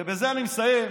ובזה אני מסיים,